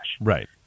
Right